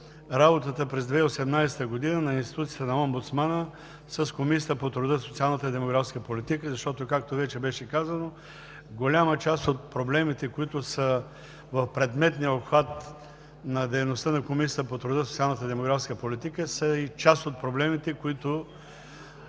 работата през 2018 г. на институцията на Омбудсмана с Комисията по труда, социалната и демографска политика. Както вече беше казано, голяма част от проблемите, които са в предметния обхват на дейността на Комисията по труда, социалната и демографската политика, са и част от проблемите, които